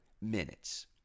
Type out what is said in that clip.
minutes